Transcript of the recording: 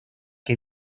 que